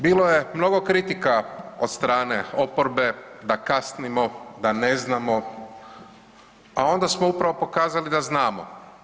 Bilo je mnogo kritika od strane oporbe da kasnimo, da ne znamo, a onda smo upravo pokazali da znamo.